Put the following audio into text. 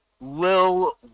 Lil